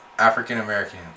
African-American